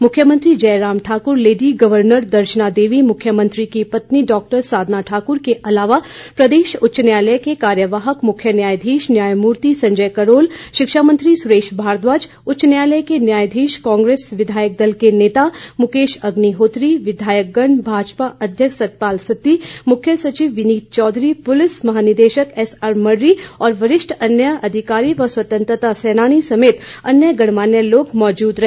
मुख्यमंत्री Jairam Thakur lady governor Darshana Devi मुख्यमंत्री की पत्नी डॉक्टर साधना ठाकुर के अलावा प्रदेश उच्च न्यायालय के कार्यवाहक मुख्य न्यायाधीश न्यायमूर्ति संजय करोल शिक्षा मंत्री सुरेश भारद्वाज उच्च न्यायालय के न्यायाधीश कांग्रेस विधायक दल के नेता मुकेश अग्निहोत्री विधायकगण भाजपा अध्यक्ष सतपाल सत्ती मुख्य सचिव विनीत चौधरी पुलिस महानिदेशक एसआरमरढ़ी और वरिष्ठ सैन्य अधिकारी व स्वतंत्रता सेनानियों समेत अन्य गणमान्य लोग मौजूद रहे